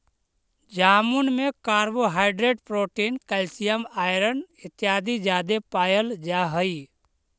जामुन में carbohydrate protein calcium iron इत्यादि जादे पायल जा हई